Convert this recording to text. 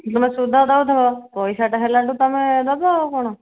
ତମେ ସୁଧ ଦେଉଥିବ ପଇସାଟା ହେଲାଠୁ ତମେ ଦେବ ଆଉ କ'ଣ